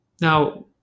Now